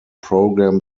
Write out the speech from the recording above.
program